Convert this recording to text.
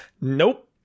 Nope